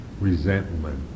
Resentment